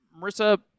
Marissa